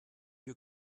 you